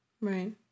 right